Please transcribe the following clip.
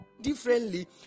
differently